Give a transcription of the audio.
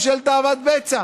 בשל תאוות בצע.